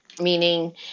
meaning